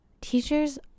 teachers